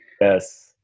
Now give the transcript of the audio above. Yes